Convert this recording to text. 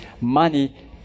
Money